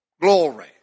Glory